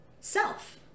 self